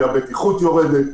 כי הבטיחות יורדת,